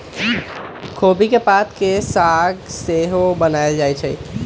खोबि के पात के साग सेहो बनायल जाइ छइ